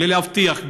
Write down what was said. בלי לאבטח,